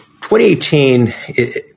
2018